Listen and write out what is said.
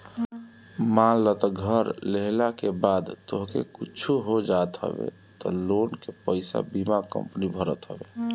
मान लअ घर लेहला के बाद तोहके कुछु हो जात हवे तअ लोन के पईसा बीमा कंपनी भरत हवे